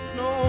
no